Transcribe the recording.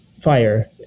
fire